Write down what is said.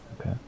Okay